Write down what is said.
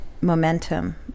momentum